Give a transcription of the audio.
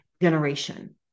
generation